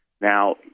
Now